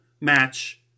match